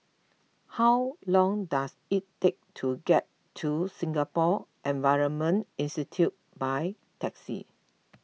how long does it take to get to Singapore Environment Institute by taxi